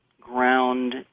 ground